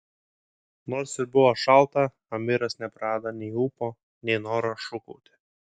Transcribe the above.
nors ir buvo šalta amiras neprarado nei ūpo nei noro šūkauti